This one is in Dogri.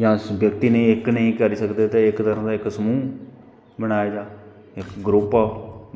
जां व्यक्ति नेंई इक नेंई करी सकदा ते इक तरां दा समूह् बनाया जा इक ग्रुप